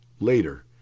later